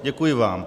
Děkuji vám.